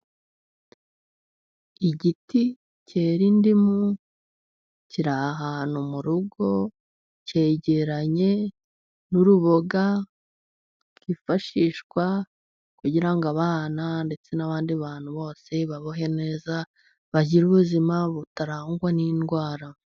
Igiti cyera indimu kiri ahantu mu rugo cyegeranye n'uruboga rwifashishwa, kugira ngo abana ndetse n'abandi bantu bose babeho neza, bagire ubuzima butarangwa n'indwara.